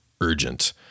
urgent